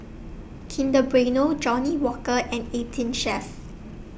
Kinder Bueno Johnnie Walker and eighteen Chef